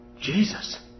Jesus